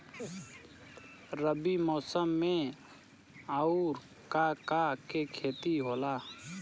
रबी मौसम में आऊर का का के खेती होला?